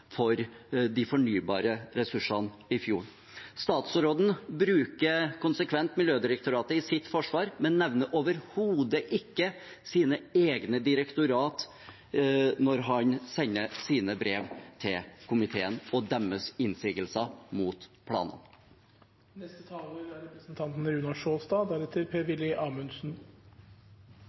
for de fornybare ressursene i fjorden. Statsråden bruker konsekvent Miljødirektoratet i sitt forsvar, men nevner overhodet ikke sine egne direktorat og deres innsigelser mot planene når han sender brev til komiteen. Jeg skal være kort. Dette er